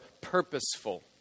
purposeful